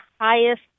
highest